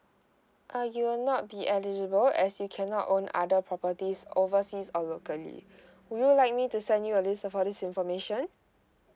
ah you will not be eligible as you cannot own other properties overseas or locally would you like me to send you a list of all this information